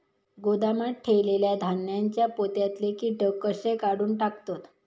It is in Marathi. गोदामात ठेयलेल्या धान्यांच्या पोत्यातले कीटक कशे काढून टाकतत?